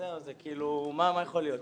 כאילו מה יכול להיות.